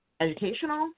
educational